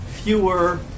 Fewer